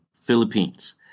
Philippines